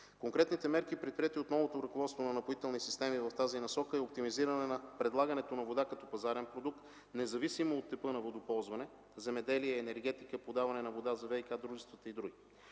конкретните мерки, предприети от новото ръководство на „Напоителни системи” в тази насока, е оптимизиране на предлагането на вода като пазарен продукт, независимо от типа на водоползване – за земеделие, енергетика, подаване вода за ВиК дружествата и други.